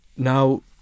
Now